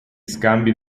scambi